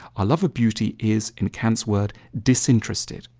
our love of beauty is in kant's word disinterested,